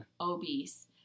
obese